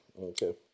okay